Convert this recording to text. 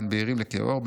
בין בהירים לכהי עור,